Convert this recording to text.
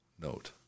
note